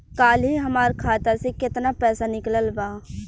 काल्हे हमार खाता से केतना पैसा निकलल बा?